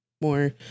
more